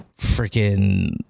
freaking